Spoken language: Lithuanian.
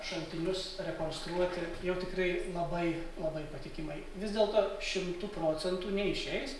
šaltinius rekonstruoti jau tikrai labai labai patikimai vis dėlto šimtu procentų neišeis